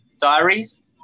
Diaries